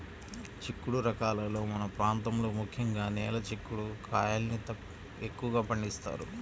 చిక్కుడు రకాలలో మన ప్రాంతంలో ముఖ్యంగా నేల చిక్కుడు కాయల్ని ఎక్కువగా పండిస్తారు